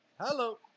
Hello